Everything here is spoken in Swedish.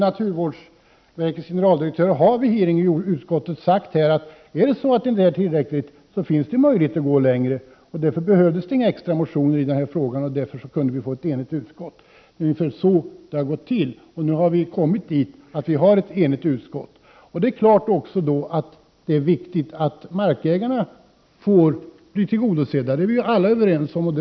Naturvårdsverkets generaldirektör har vid en utfrågning i jordbruksutskottet sagt att om detta inte är tillräckligt, så finns det möjligheter att gå längre. Därför behövdes det inte några extra motioner när det gäller den här frågan, och följaktligen kunde vi få ett enigt utskott. Ungefär så har det gått till, och nu har vi nått så långt. Vi är alla överens om att det är viktigt att markägarna blir tillgodosedda, vilket också framhålls i utskottets skrivning.